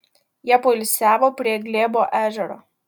jie poilsiavo prie glėbo ežero